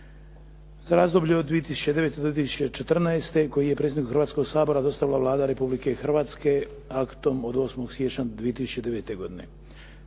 za razdoblje od 2009. do 2014. koji je predsjedniku Hrvatskoga sabora dostavila Vlada Republike Hrvatske aktom od 8. siječnja 2009. godine.